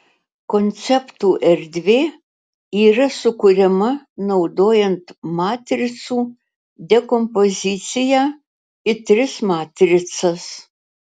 konceptų erdvė yra sukuriama naudojant matricų dekompoziciją į tris matricas